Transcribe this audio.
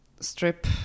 strip